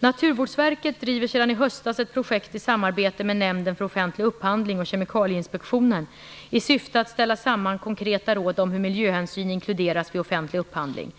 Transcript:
Naturvårdsverket driver sedan i höstas ett projekt i samarbete med Nämnden för offentlig upphandling och Kemikalieinspektionen i syfte att ställa samman konkreta råd om hur miljöhänsyn inkluderas vid offentlig upphandling.